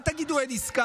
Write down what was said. אל תגידו אין עסקה.